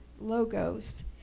logos